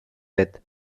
with